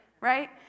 right